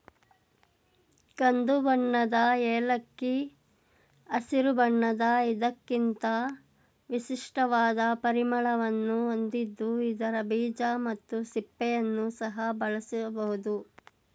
ಕಂದುಬಣ್ಣದ ಏಲಕ್ಕಿ ಹಸಿರು ಬಣ್ಣದ ಇದಕ್ಕಿಂತ ವಿಶಿಷ್ಟವಾದ ಪರಿಮಳವನ್ನು ಹೊಂದಿದ್ದು ಇದರ ಬೀಜ ಮತ್ತು ಸಿಪ್ಪೆಯನ್ನು ಸಹ ಬಳಸಬೋದು